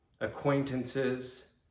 acquaintances